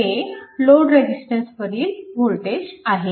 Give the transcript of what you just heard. हे लोड रेजिस्टन्सवरील वोल्टेज आहे